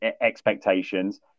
expectations